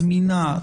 זמינה,